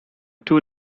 two